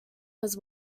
was